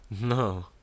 No